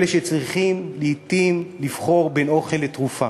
אלה שצריכים לעתים לבחור בין אוכל לתרופה.